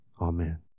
amen